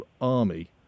army